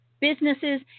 businesses